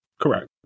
Correct